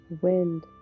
Wind